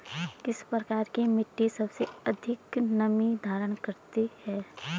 किस प्रकार की मिट्टी सबसे अधिक नमी धारण कर सकती है?